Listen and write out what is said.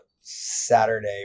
Saturday